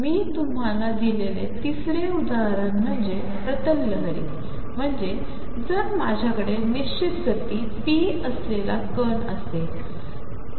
मीतुम्हालादिलेलेतिसरेउदाहरणम्हणजेप्रतललहरी म्हणजेजरमाझ्याकडेनिश्चितगती p असलेलाकणअसेल